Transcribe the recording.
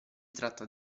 tratta